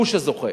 הוא שזוכה.